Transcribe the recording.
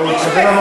מישהו הזמין?